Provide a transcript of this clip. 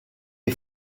est